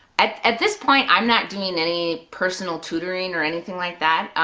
at at this point i'm not doing any personal tutoring or anything like that.